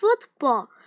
football